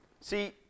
See